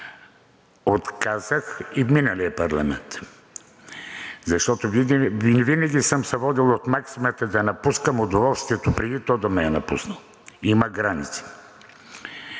Отказах и в миналия парламент, защото винаги съм се водил от максимата да напускам удоволствието, преди то да ме е напуснало – има граници.